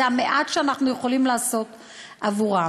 זה המעט שאנחנו יכולים לעשות עבורם.